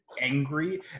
angry